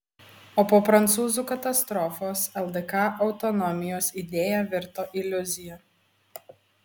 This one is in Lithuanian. o po prancūzų katastrofos ldk autonomijos idėja virto iliuzija